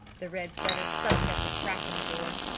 the red setter sucked at the crack in the door.